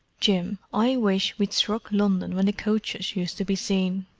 jim, i wish we'd struck london when the coaches used to be seen.